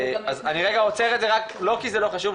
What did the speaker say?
אז אני רגע עוצר את זה לא כי זה לא חושב,